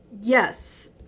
yes